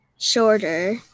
shorter